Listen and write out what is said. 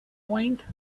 point